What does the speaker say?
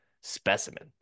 specimen